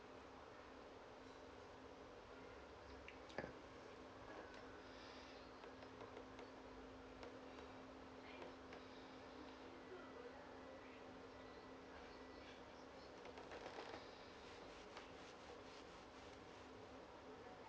ya